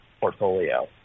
portfolio